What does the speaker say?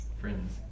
friends